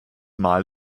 mal